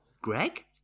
Greg